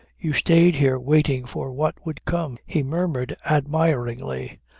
you stayed here waiting for what would come, he murmured admiringly.